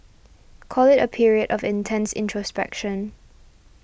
call it a period of intense introspection